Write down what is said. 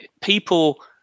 people